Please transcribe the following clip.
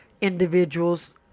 individuals